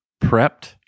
prepped